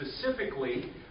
specifically